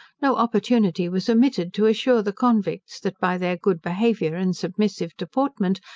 no opportunity was omitted to assure the convicts, that by their good behaviour and submissive deportment,